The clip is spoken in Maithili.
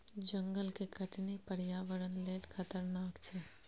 जंगल के कटनी पर्यावरण लेल खतरनाक छै